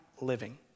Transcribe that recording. living